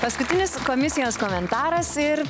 paskutinis komisijos komentaras ir